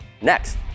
next